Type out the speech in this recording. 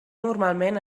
normalment